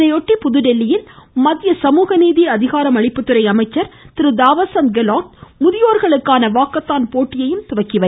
இதையொட்டி புதுதில்லியில் மத்திய சமூகநீதி அதிகாரம் அளிப்புத்துறை அமைச்சா தாவர்சந்த் கெலோட் முதியோர்களுக்கான வாக்கத்தான் போட்டியையும் தொடங்கி கிரு